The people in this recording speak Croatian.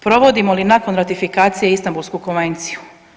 Provodimo li nakon ratifikacije Istambulsku konvenciju?